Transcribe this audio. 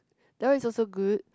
that one is also good